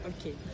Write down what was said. okay